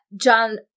John